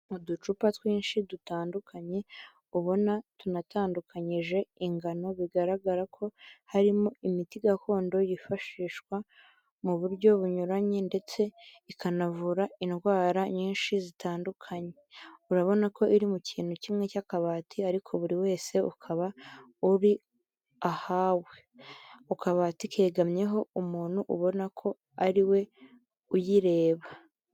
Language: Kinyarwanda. Ni uducupa twinshi dutandukanye, ubona tunatandukanyije ingano bigaragara ko harimo imiti gakondo yifashishwa mu buryo bunyuranye ndetse ikanavura indwara nyinshi zitandukanye. Urabona ko iri mu kintu kimwe cy'akabati ariko buri wose ukaba uri ahawo, akabati kegamyeho umuntu ubona ko ariwe uyireba.